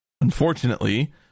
Unfortunately